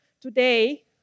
today